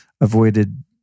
avoided